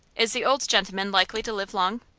is the old gentleman likely to live long?